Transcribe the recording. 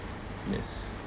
yes